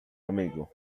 amigo